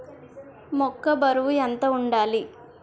మొక్కొ బరువు ఎంత వుండాలి?